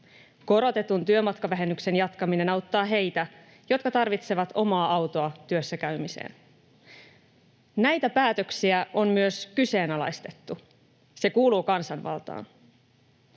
Korotetun työmatkavähennyksen jatkaminen auttaa heitä, jotka tarvitsevat omaa autoa työssä käymiseen. Näitä päätöksiä on myös kyseenalaistettu. Se kuuluu kansanvaltaan.